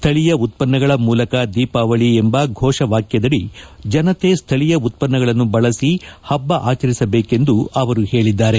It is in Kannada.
ಸ್ವಳೀಯ ಉತ್ಪನ್ನಗಳ ಮೂಲಕ ದೀಪಾವಳಿ ಎಂಬ ಫೋಷವಾಕ್ಲದಡಿ ಜನತೆ ಸ್ಥಳೀಯ ಉತ್ಪನ್ನಗಳನ್ನು ಬಳಸಿ ಹಬ್ಲ ಆಚರಿಸಬೇಕೆಂದು ಹೇಳಿದ್ದಾರೆ